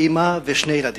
אמא ושני ילדים.